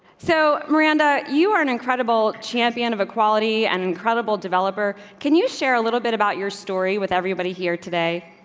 so, miranda, you are an incredible champion of equality and incredible developer. can you share a little bit about your story with everybody here today.